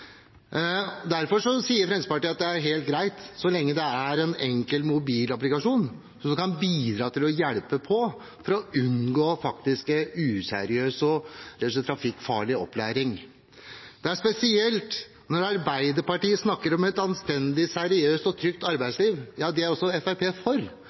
Derfor sier Fremskrittspartiet at det er helt greit, så lenge det er en enkel mobilapplikasjon som kan bidra til å hjelpe på for å unngå useriøs og rett og slett trafikkfarlig opplæring. Arbeiderpartiet snakker om et anstendig, seriøst og trygt arbeidsliv. Det er også Fremskrittspartiet for.